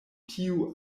tiu